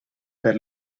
per